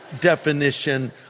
definition